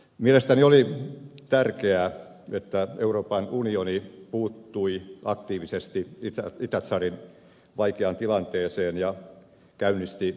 mielestäni oli tärkeää että euroopan unioni puuttui aktiivisesti itä tsadin vaikeaan tilanteeseen ja käynnisti eufor operaation